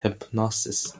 hypnosis